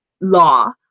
law